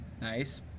Nice